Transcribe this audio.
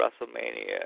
WrestleMania